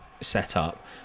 setup